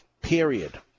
period